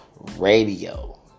Radio